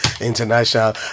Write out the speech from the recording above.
International